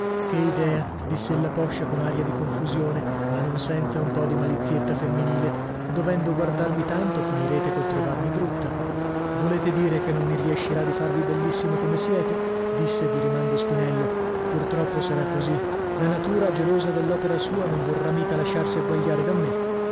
che idea diss'ella poscia con aria di confusione ma non senza un po di malizietta femminile dovendo guardarmi tanto finirete col trovarmi brutta volete dire che non mi riescirà di farvi bellissima come siete disse di rimando spinello pur troppo sarà così la natura gelosa dell'opera sua non vorrà mica lasciarsi agguagliare da me